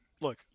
look